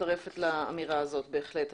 מצטרפת לאמירה הזאת, בהחלט.